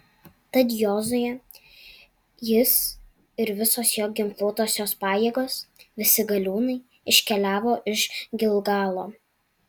tad jozuė jis ir visos jo ginkluotosios pajėgos visi galiūnai iškeliavo iš gilgalo